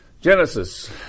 Genesis